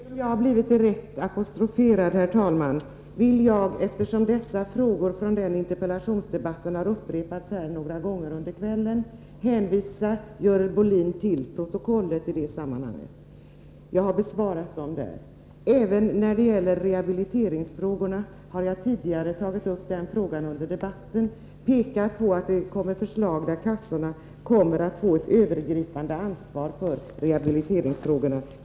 Herr talman! Jag har blivit direkt apostroferad. Eftersom frågorna från den omtalade interpellationsdebatten har upprepats här några gånger under kvällen, vill jag hänvisa Görel Bohlin till protokollet i det sammanhanget. Där finns mina svar. Även rehabiliteringsfrågorna har jag tagit upp tidigare under debatten och pekat på att det kommer ett förslag, där kassorna får ett övergripande ansvar för rehabiliteringsåtgärderna.